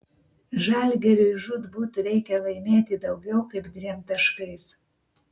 žalgiriui žūtbūt reikia laimėti daugiau kaip dviem taškais